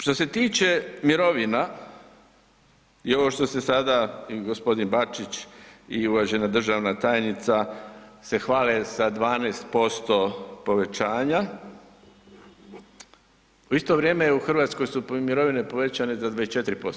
Što se tiče mirovina i ovo što se sada gospodin Bačić i uvažena državna tajnica se hvale sa 12% povećanja u isto vrijeme u Hrvatskoj su mirovine povećane za 24%